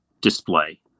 display